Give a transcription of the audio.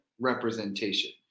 representation